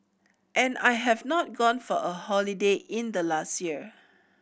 and I have not gone for a holiday in the last year